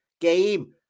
game